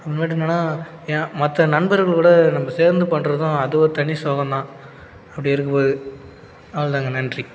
முன்னாடி என்னென்னால் என் மற்ற நண்பர்களோடு நம்ப சேர்ந்து பண்ணுறதும் அது ஒரு தனி சுகம் தான் அப்படி இருக்கும் போது அவ்வளோதாங்க நன்றி